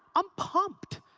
i'm pumped.